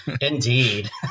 Indeed